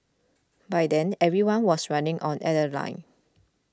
by then everyone was running on adrenaline